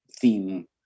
theme